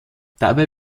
dabei